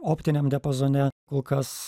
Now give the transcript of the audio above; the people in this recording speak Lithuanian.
optiniam diapazone kol kas